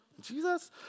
Jesus